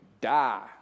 Die